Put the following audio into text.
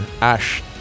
Ash